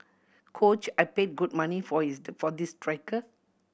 coach I paid good money for his for this striker